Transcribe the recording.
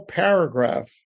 paragraph